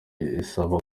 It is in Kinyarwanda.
isaba